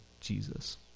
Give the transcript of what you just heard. Jesus